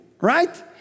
Right